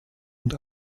und